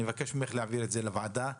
אני מבקש ממך להעביר אותם לוועדה.